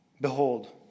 Behold